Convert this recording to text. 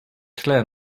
tle